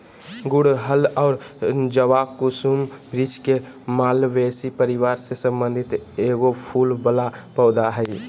गुड़हल और जवाकुसुम वृक्ष के मालवेसी परिवार से संबंधित एगो फूल वला पौधा हइ